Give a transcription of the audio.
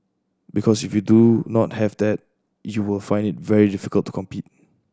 because if you do not have that you will find it very difficult to compete